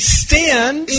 stand